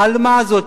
לעלמה הזאת,